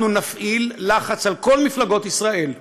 אנחנו נפעיל לחץ על כל מפלגות ישראל,